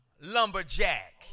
lumberjack